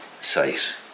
site